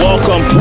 Welcome